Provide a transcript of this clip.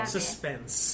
Suspense